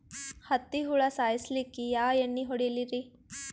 ಹತ್ತಿ ಹುಳ ಸಾಯ್ಸಲ್ಲಿಕ್ಕಿ ಯಾ ಎಣ್ಣಿ ಹೊಡಿಲಿರಿ?